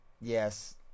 Yes